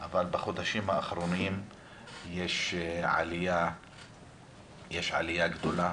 אבל בחודשים האחרונים יש עלייה גדולה